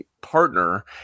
partner